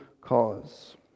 cause